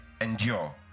endure